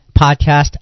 podcast